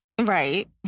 Right